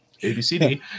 ABCD